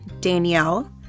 Danielle